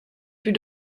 plus